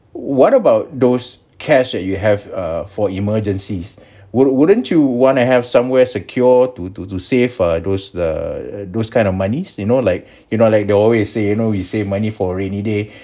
what about those cash that you have err for emergencies would wouldn't you want to have somewhere secure to to to save uh those uh those kind of moneys you know like you know like they always say you know we save money for rainy day